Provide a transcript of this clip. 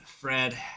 Fred